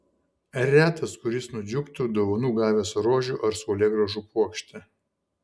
retas kuris nudžiugtų dovanų gavęs rožių ar saulėgrąžų puokštę